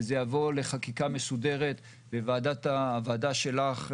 אלא שזה יבוא לחקיקה מסודרת בוועדה שלך,